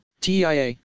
TIA